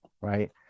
right